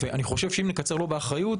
אני חושב שאם נקצר לא באחריות,